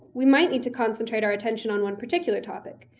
we might need to concentrate our attention on one particular topic,